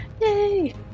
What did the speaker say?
Yay